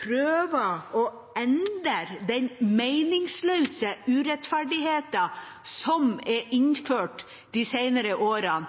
prøver å endre den meningsløse urettferdigheten som er innført de